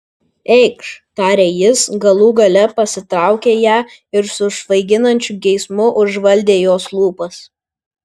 eikš tarė jis galų gale prisitraukė ją ir su svaiginančiu geismu užvaldė jos lūpas